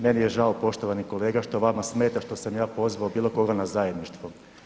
Meni je žao poštovani kolega što vama smeta što sam ja pozvao bilo koga na zajedništvo.